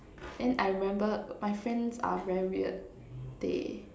then I remember my friends are very weird they